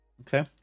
Okay